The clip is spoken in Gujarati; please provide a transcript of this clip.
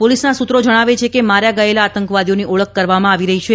પોલીસના સૂત્રો જણાવે છે કે માર્યા ગયેલા આતંકવાદીઓની ઓળખ કરવામાં આવી રહી છે